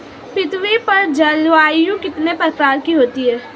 पृथ्वी पर जलवायु कितने प्रकार की होती है?